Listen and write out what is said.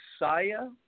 Messiah